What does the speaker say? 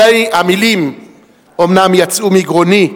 המלים אומנם יצאו מגרוני,